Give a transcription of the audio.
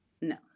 No